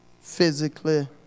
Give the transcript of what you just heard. physically